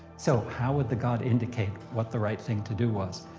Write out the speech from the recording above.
so how would the god indicate what the right thing to do was?